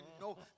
No